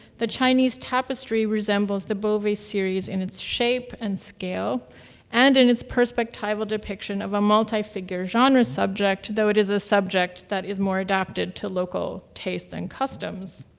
the chinese tapestry resembles the beauvais series in its shape and scale and in its perspectival depiction of a multi-figure genre subject, though it is a subject that is more adapted to local tastes and customs.